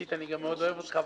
אישית אני גם מאוד אוהב אותך,